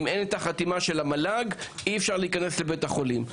ושאם אין את החתימה של המל"ג אי-אפשר להיכנס לבית החולים.